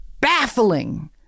baffling